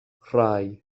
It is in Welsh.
rhai